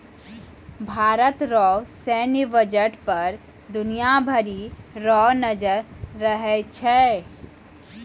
भारत रो सैन्य बजट पर दुनिया भरी रो नजर रहै छै